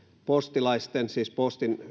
postilaisten siis tarkoitan postin